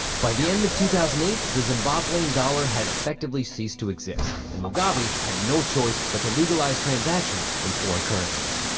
by the end of two thousand and eight, the zimbabwean dollar had effectively ceased to exist, and mugabe had no choice but to legalize transactions in foreign currencies.